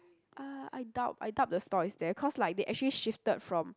uh I doubt I doubt the store is there cause like they actually shifted from